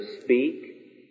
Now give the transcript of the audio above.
speak